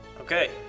Okay